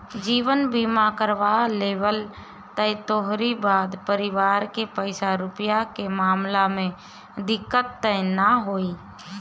जीवन बीमा करवा लेबअ त तोहरी बाद परिवार के पईसा रूपया के मामला में दिक्कत तअ नाइ होई